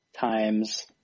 times